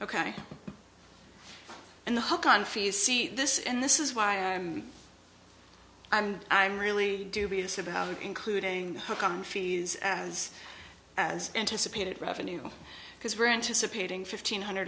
ok and the hulk on fees see this and this is why i'm i'm really dubious about including book on fees as anticipated revenue because we're anticipating fifteen hundred